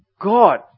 God